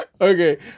okay